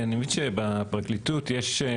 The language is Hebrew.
אני מבין שבפרקליטות יש,